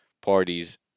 parties